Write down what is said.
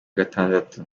gatandatu